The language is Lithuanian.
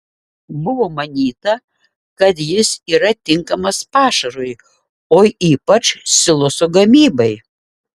buvo manyta kad jis yra tinkamas pašarui o ypač siloso gamybai